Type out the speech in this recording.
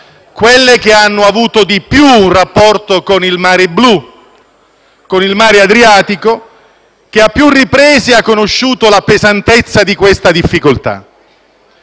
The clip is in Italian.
quelle che hanno avuto un rapporto più stretto con il mare blu, con il mare Adriatico, che a più riprese ha conosciuto la pesantezza di questa difficoltà.